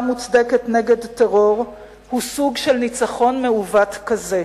מוצדקת נגד טרור הוא סוג של ניצחון מעוות כזה,